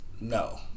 No